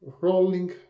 rolling